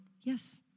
Yes